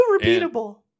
repeatable